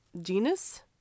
genus